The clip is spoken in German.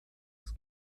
des